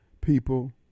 people